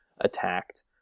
attacked